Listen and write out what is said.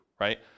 right